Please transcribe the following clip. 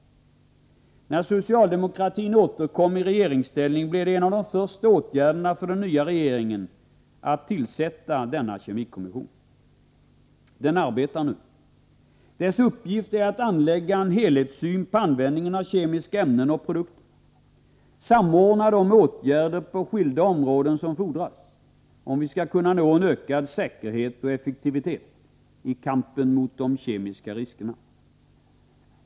När socialdemokratin återkom i regeringsställning blev det en av de första åtgärderna för den nya regeringen att tillsätta kemikommissionen. Den arbetar nu. Dess uppgift är att anlägga en helhetssyn på användningen av kemiska ämnen och produkter och samordna de åtgärder på skilda områden som fordras om vi skall kunna nå en ökad säkerhet och effektivitet i kampen mot de kemiska riskerna.